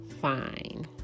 fine